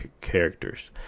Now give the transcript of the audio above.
characters